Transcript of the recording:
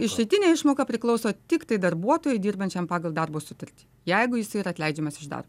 išeitinė išmoka priklauso tiktai darbuotojui dirbančiam pagal darbo sutartį jeigu jis yra atleidžiamas iš darbo